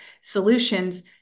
solutions